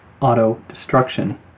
auto-destruction